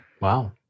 Wow